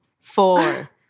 four